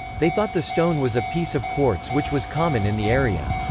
they thought the stone was a piece of quartz which was common in the area.